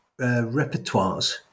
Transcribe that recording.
repertoires